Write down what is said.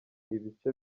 ibice